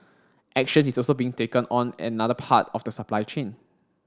action is also being taken on another part of the supply chain